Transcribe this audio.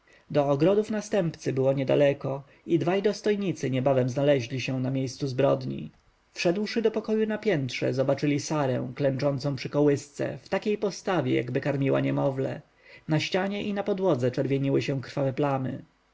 do ogrodu następcy było niedaleko i dwaj dostojnicy niebawem znaleźli się na miejscu zbrodni wszedłszy do pokoju na piętrze zobaczyli sarę klęczącą przy kołysce w takiej postawie jakby karmiła niemowlę na ścianie i na podłodze czerwieniły się krwawe plamy